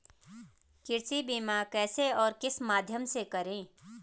कृषि बीमा कैसे और किस माध्यम से करें?